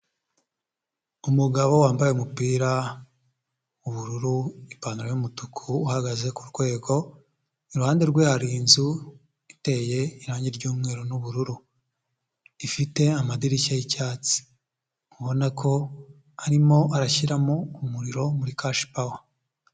Umugabo wambaye umupira w'ubururu, ipantaro y'umutuku uhagaze ku rwego, iruhande rwe hari inzu iteye irangi ry'umweru n'ubururu ifite amadirishya y'icyatsi, ubona ko arimo arashyiramo umuriro muri kashipawa.